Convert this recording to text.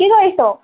কি কৰিছ